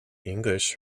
english